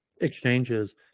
exchanges